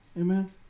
Amen